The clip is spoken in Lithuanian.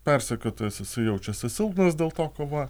persekiotojas jisai jaučiasi silpnas dėl to ko va